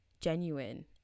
genuine